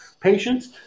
patients